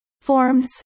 Forms